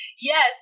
Yes